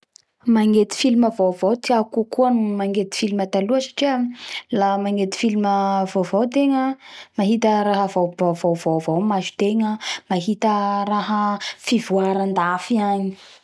Magnety film vaovao tiako kokoa noho magnety film taloa satria la magnety film vaovao tegna la mahita raha vaovao avao masotegna mahita raha fivoara andafy agny